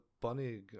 bunny